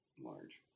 Large